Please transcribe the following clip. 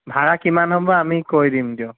ভাড়া কিমান হ'ব আমি কৈ দিম দিয়ক